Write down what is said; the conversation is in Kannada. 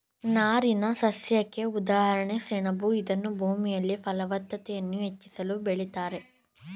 ನಾರಿನಸಸ್ಯಕ್ಕೆ ಉದಾಹರಣೆ ಸೆಣಬು ಇದನ್ನೂ ಭೂಮಿಯಲ್ಲಿ ಫಲವತ್ತತೆಯನ್ನು ಹೆಚ್ಚಿಸಲು ಬೆಳಿತಾರೆ